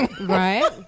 right